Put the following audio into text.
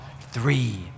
three